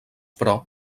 però